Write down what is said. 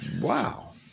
Wow